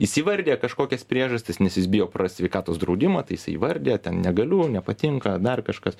jis įsivardija kažkokias priežastis nes jis bijo prarast sveikatos draudimą tai jisai įvardija ten negaliu nepatinka dar kažkas